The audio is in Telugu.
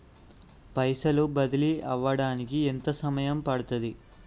పైసలు బదిలీ అవడానికి ఎంత సమయం పడుతది?